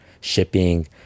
shipping